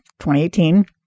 2018